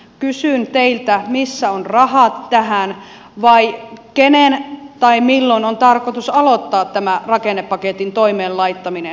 kysyn teiltä missä ovat rahat tähän ja kenen tai milloin on tarkoitus aloittaa tämä rakennepaketin toimeen laittaminen